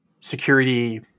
security